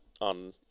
On